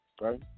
Right